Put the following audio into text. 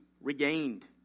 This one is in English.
regained